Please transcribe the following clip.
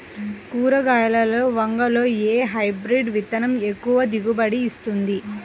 కూరగాయలలో వంగలో ఏ హైబ్రిడ్ విత్తనం ఎక్కువ దిగుబడిని ఇస్తుంది?